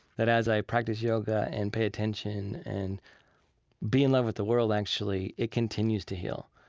that as i practice yoga and pay attention and be in love with the world, actually, it continues to heal.